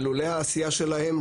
ולולא העשייה שלהם,